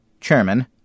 Chairman